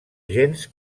gens